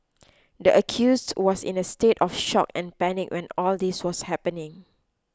the accused was in a state of shock and panic when all this was happening